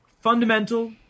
fundamental